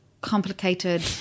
complicated